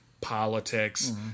politics